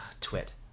Twit